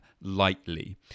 lightly